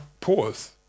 pause